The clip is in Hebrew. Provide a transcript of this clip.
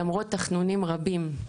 למרות תחנונים רבים.